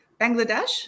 Bangladesh